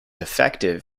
effective